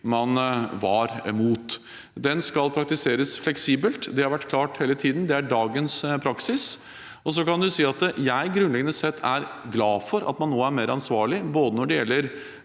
man var imot. Den skal praktiseres fleksibelt. Det har vært klart hele tiden; det er dagens praksis. Så kan man si at jeg grunnleggende sett er glad for at man nå er mer ansvarlig, både når det gjelder